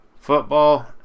football